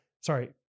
Sorry